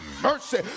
mercy